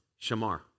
shamar